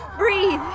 breathe